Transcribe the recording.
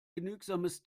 genügsames